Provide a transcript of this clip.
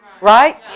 right